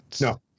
No